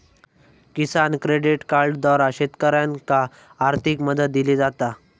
किसान credit कार्डद्वारा शेतकऱ्यांनाका आर्थिक मदत दिली जाता